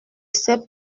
s’est